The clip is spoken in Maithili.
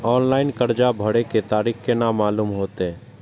ऑनलाइन कर्जा भरे के तारीख केना मालूम होते?